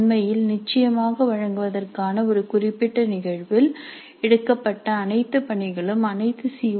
உண்மையில் நிச்சயமாக வழங்குவதற்கான ஒரு குறிப்பிட்ட நிகழ்வில் எடுக்கப்பட்ட அனைத்து பணிகளும் அனைத்து சி